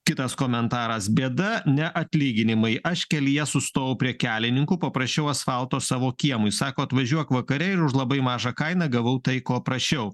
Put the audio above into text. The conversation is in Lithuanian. kitas komentaras bėda ne atlyginimai aš kelyje sustojau prie kelininkų paprašiau asfalto savo kiemui sako atvažiuok vakare ir už labai mažą kainą gavau tai ko prašiau